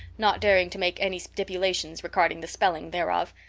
not daring to make any stipulations regarding the spelling thereof,